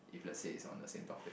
if let's say it's on the same topic